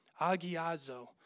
Agiazo